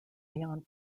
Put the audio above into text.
beyond